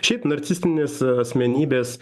šiaip narcistinės asmenybės